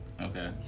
Okay